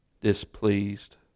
displeased